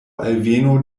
alveno